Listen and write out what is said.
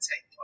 take